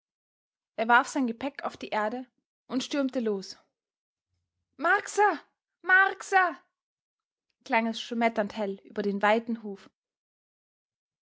er warf sein gepäck auf die erde und stürmte los marcsa marcsa klang es schmetternd hell über den weiten hof